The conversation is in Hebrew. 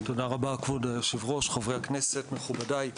תודה רבה כבוד היושב-ראש, חברי הכנסת, מכובדיי.